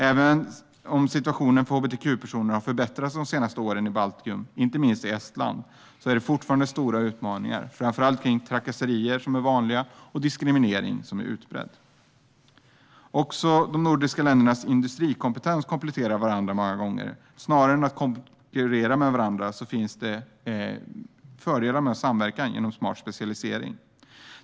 Även om situationen för hbtq-personer har förbättrats de senaste åren i Baltikum, inte minst i Estland, finns fortfarande stora utmaningar, framför allt i fråga om trakasserier, som är vanliga, och diskriminering, som är utbredd. Också de nordiska ländernas industrikompetens kompletterar många gånger varandra. Snarare än att konkurrera med varandra finns fördelar med att samverka med hjälp av smart specialisering.